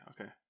Okay